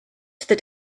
that